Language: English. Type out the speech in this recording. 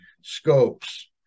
scopes